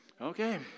Okay